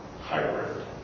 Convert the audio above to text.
hybrid